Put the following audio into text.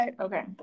okay